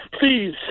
please